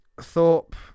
Thorpe